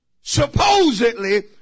supposedly